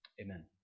Amen